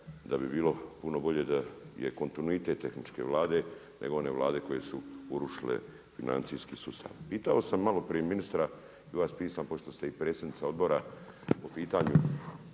da bi bilo puno bolje da je kontinuitet tehničke Vlade nego one Vlade koje su urušile financijski sustav. Pitao sam malo prije ministra i vas pitam, pošto ste i predsjednica Odbora po pitanju